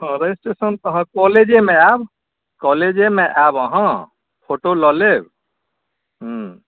हँ रजिस्ट्रेशन तऽ अहाँ कॉलेजेमे आएब कॉलेजेमे आएब अहाँ फोटो लऽ लेब